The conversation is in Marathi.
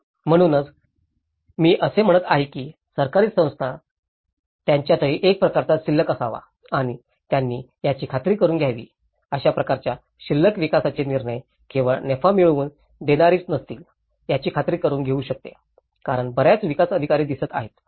म्हणूनच मी असे म्हणत आहे की सरकारी संस्था यांच्यातही एक प्रकारचा शिल्लक असावा आणि त्यांनी याची खात्री करुन घ्यावी अशा प्रकारच्या शिल्लक विकासाचे निर्णय केवळ नफा मिळवून देणारेच नसतील याची खात्री करुन घेऊ शकते कारण बर्याच विकास अधिकारी दिसत आहेत